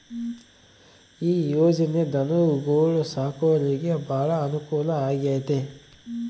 ಈ ಯೊಜನೆ ಧನುಗೊಳು ಸಾಕೊರಿಗೆ ಬಾಳ ಅನುಕೂಲ ಆಗ್ಯತೆ